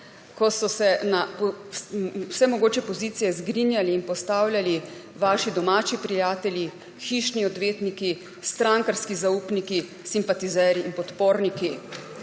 ko so se na vse mogoče pozicije zgrinjali in postavljali vaši domači prijatelji, hišni odvetniki, strankarski zaupniki, simpatizerji in podporniki.